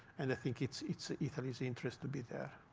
and i think it's it's italy's interest to be there.